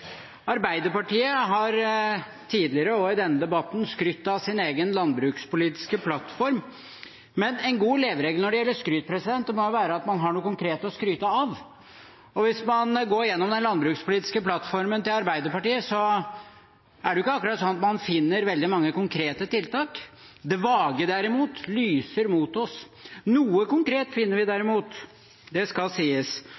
Arbeiderpartiet har tidligere og i denne debatten skrytt av sin egen landbrukspolitiske plattform. Men en god leveregel når det gjelder skryt, må være at man har noe konkret å skryte av. Hvis man går gjennom den landbrukspolitiske plattformen til Arbeiderpartiet, finner man ikke akkurat veldig mange konkrete tiltak. Det vage, derimot, lyser mot oss. Noe konkret finner vi,